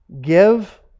give